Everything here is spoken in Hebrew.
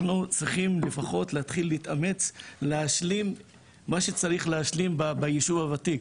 אנחנו לפחות צריכים להתחיל להתאמץ להשלים מה שצריך להשלים בישוב הוותיק,